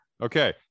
Okay